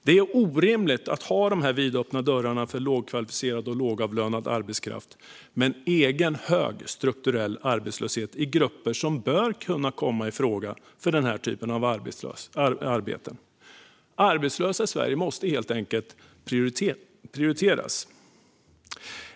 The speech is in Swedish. Det är orimligt att ha dessa vidöppna dörrar för lågkvalificerad och lågavlönad arbetskraft med en egen hög strukturell arbetslöshet i grupper som bör kunna komma i fråga för denna typ av arbeten. Arbetslösa i Sverige måste helt enkelt prioriteras.